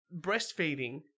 breastfeeding